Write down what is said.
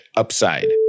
upside